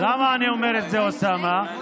למה אני אומר את זה, אוסאמה?